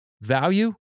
Value